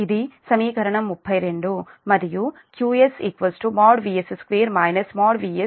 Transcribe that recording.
ఇది సమీకరణం 32 మరియు QS VS2 VS|VR|cos x